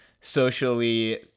socially